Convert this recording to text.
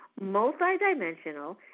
multidimensional